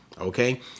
Okay